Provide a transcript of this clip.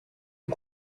est